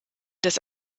des